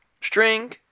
string